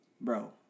bro